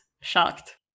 shocked